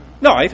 No